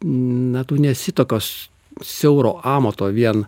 na tu nesi tokios siauro amato vien